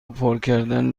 پرکردن